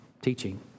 teaching